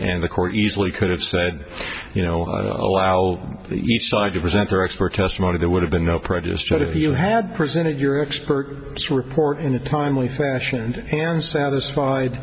and the court easily could have said you know allow each side to present their expert testimony there would have been no prejudice but if you had presented your expert report in a timely fashion and satisfied